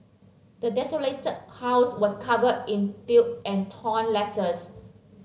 the desolated house was covered in filth and torn letters